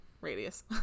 radius